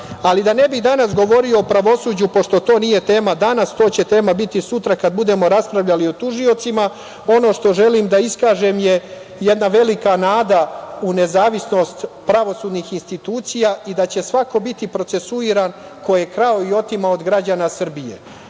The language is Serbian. ne bih danas govorio o pravosuđu, pošto to nije tema danas, to će tema biti sutra kad budemo raspravljali o tužiocima, ono što želim da iskažem je jedna velika nada u nezavisnost pravosudnih institucija i da će svako biti procesuiran ko je krao i otimao od građana Srbije,